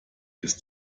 ist